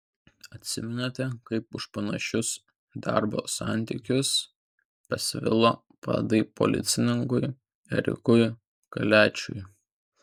atsimenate kaip už panašius darbo santykius pasvilo padai policininkui erikui kaliačiui